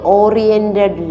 oriented